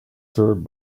served